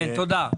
כן, תודה.